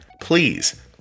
Please